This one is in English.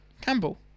Campbell